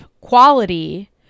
quality